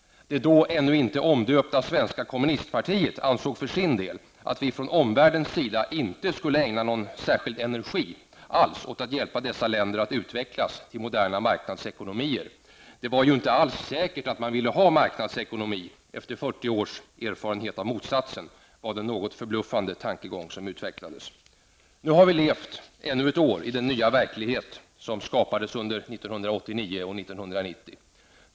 Det då ännu inte omdöpta svenska kommunistpartiet ansåg för sin del att vi från omvärldens sida inte skulle ägna någon särskild energi alls åt att hjälpa dessa länder att utvecklas till moderna marknadsekonomier. Det var ju inte alls säkert att man ville ha marknadsekonomi efter 40 års erfarenhet av motsatsen, var en något förbluffande tankegång som utvecklades. Nu har vi levt ännu ett år i den nya verklighet som skapades under 1989 och 1990.